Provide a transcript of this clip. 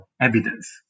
evidence